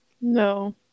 No